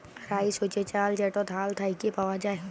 rice হছে চাল যেট ধাল থ্যাইকে পাউয়া যায়